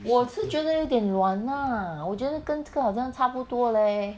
我是觉得有点软 lah 我觉得跟这个好像差不多 leh